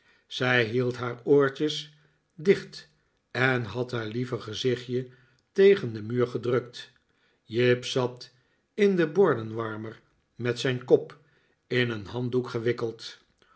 deurj zij hield haar oortjes dicht en had haar lieve gezichtje tegen den muur gedrukt jip zat in den bordenwarmer met zijn kop in een handdoek gewikkeld